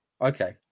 Okay